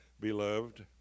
beloved